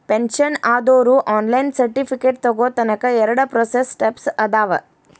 pension ಆದೋರು online certificate ತೊಗೋನಕ ಎರಡ ಪ್ರೋಸೆಸ್ ಸ್ಟೆಪ್ಸ್ ಅದಾವ